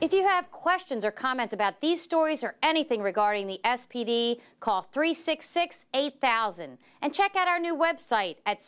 if you have questions or comments about these stories or anything regarding the s p v call three six six eight thousand and check out our new website at